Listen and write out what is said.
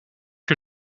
que